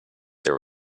there